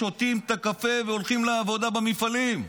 שותים את הקפה והולכים לעבודה במפעלים.